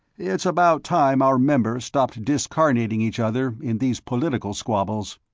it's about time our members stopped discarnating each other in these political squabbles.